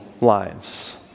lives